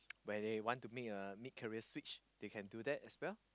where they want to make a mid career switch they can do that as well